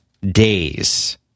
days